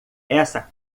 essa